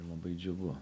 labai džiugu